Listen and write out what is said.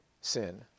sin